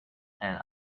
and